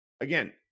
again